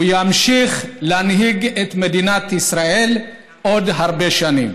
הוא ימשיך להנהיג את מדינת ישראל עוד הרבה שנים,